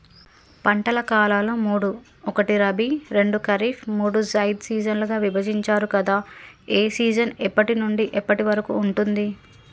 పంటల కాలాలు మూడు ఒకటి రబీ రెండు ఖరీఫ్ మూడు జైద్ సీజన్లుగా విభజించారు కదా ఏ సీజన్ ఎప్పటి నుండి ఎప్పటి వరకు ఉంటుంది?